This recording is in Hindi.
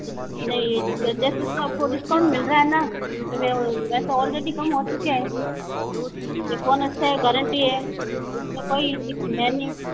नहीं जैसे उसको आप को डिस्काउंट मिल रहा है ना वैसे ऑलरेडी कम हो चुके हैं ये फोन अच्छा है गारंटी है इस में कोई दिक्कत है नहीं